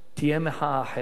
תהיה מחאה אחרת